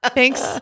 Thanks